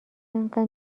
اینقدر